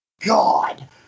God